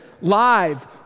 live